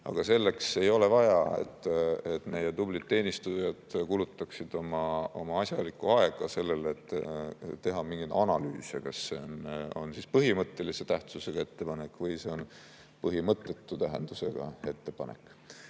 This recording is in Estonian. Aga selleks ei ole vaja, et meie tublid teenistujad kulutaksid oma asjalikku aega sellele, et teha mingeid analüüse, kas on tegemist põhimõttelise tähtsusega ettepanekuga või põhimõttetu tähtsusega ettepanekuga.